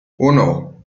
uno